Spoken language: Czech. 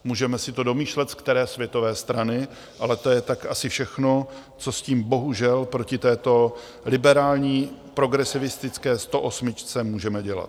Můžeme si to domýšlet, z které světové strany, ale to je tak asi všechno, co s tím bohužel proti této liberální progresivistické stoosmičce můžeme dělat.